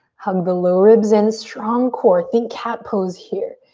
hug the low ribs in, strong core. think cat pose here.